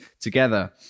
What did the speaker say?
together